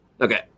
Okay